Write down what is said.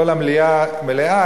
כל המליאה מלאה,